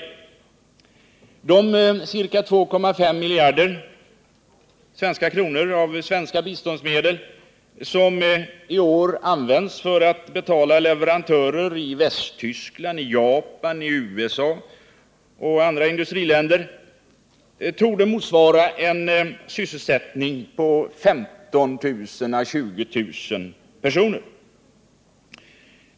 Onsdagen den De ca 4,5 miljarder kronor av svenska biståndsmedel som i år används för 2 maj 1979 att betala leverantörer i Västtyskland, Japan, USA och andra i-länder torde motsvara en sysselsättning på 15 000 å 20 000 personer.